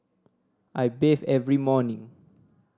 I bathe every morning